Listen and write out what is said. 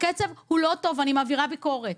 ואני מעבירה ביקורת.